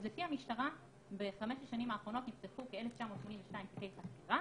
לפי המשטרה בחמש השנים האחרונות נפתחו 1,982 תיקי חקירה